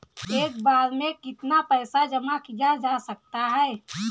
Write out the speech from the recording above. एक बार में कितना पैसा जमा किया जा सकता है?